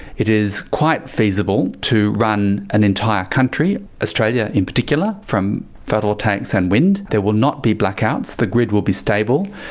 it is quite feasible to run an entire country, australia in particular, from photovoltaics and wind. there will not be blackouts, the grid will be stable,